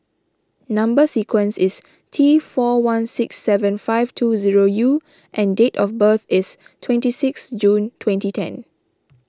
Number Sequence is T four one six seven five two zero U and date of birth is twenty sixth June twenty ten